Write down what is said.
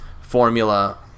formula